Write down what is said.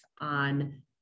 on